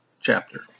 chapter